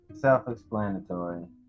Self-explanatory